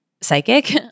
psychic